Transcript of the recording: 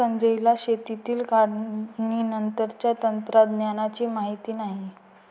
संजयला शेतातील काढणीनंतरच्या तंत्रज्ञानाची माहिती नाही